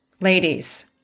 ladies